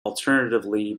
alternatively